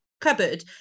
cupboard